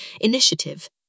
Initiative